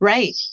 Right